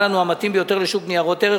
לנו המתאים ביותר לשוק ניירות ערך,